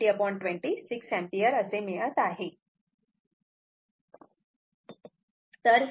म्हणून हे 120 20 6 एम्पिअर असे मिळत आहे